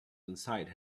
inside